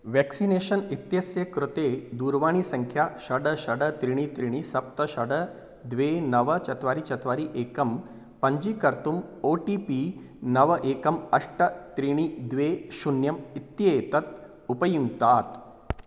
vaccination इत्यस्य कृते दूरवाणीसङ्ख्या षट् षट् त्रीणि त्रीणि सप्त षट् द्वे नव चत्वारि चत्वारि एकं पञ्जीकर्तुम् ओटिपि नव एकम् अष्ट त्रीणि द्वे शून्यम् इत्येतत् उपयुङ्क्तात्